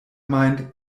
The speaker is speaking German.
meint